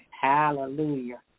Hallelujah